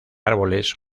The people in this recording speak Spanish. árboles